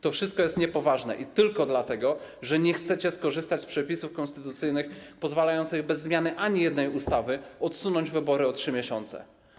To wszystko jest niepoważne i ma miejsce tylko dlatego, że nie chcecie skorzystać z przepisów konstytucyjnych pozwalających bez zmiany ani jednej ustawy odsunąć wybory o 3 miesiące.